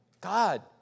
God